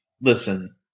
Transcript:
listen